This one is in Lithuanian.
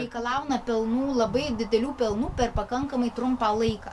reikalauna pelnų labai didelių pelnų per pakankamai trumpą laiką